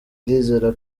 ndizera